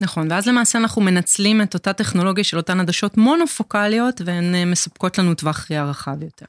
נכון, ואז למעשה אנחנו מנצלים את אותה טכנולוגיה של אותן הדשות מונופוקליות, והן מספקות לנו טווח ראיה רחב יותר.